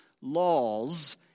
laws